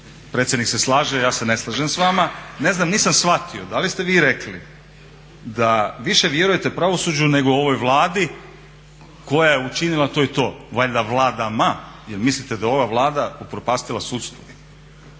Predsjednik se slaže, ja se ne slažem s vama. Ne znam, nisam shvatio da li ste vi rekli da više vjerujete pravosuđu nego ovoj Vladi koja je učinila to i to. Valjda vladama. Jel mislite da ova Vlada upropastila sudstvo?